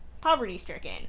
poverty-stricken